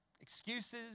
Excuses